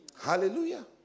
Hallelujah